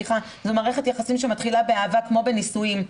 זו מערכת יחסים שמתחילה באהבה, כמו בנישואים.